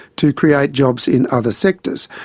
to create jobs in other sectors.